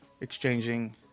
exchanging